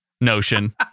Notion